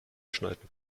schneiden